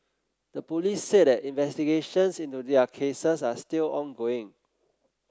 the police said that investigations into their cases are still ongoing